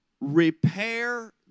repair